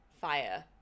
Fire